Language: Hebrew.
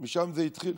משם זה התחיל.